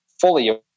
fully